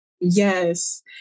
Yes